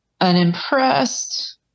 unimpressed